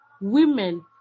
women